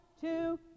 two